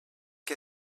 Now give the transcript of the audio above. que